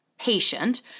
patient